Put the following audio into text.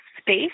space